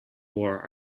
war